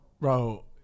Bro